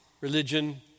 religion